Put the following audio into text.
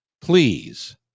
Please